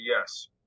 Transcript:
yes